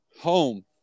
home